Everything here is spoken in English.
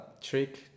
trick